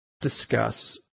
discuss